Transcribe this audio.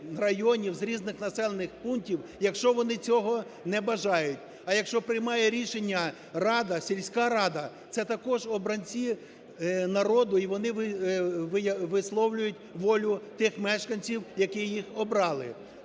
районів, з різних населених пунктів, якщо вони цього не бажають. А якщо приймає рішення рада, сільська рада це також обранці народу і вони висловлюють тих мешканців, які їх обрали.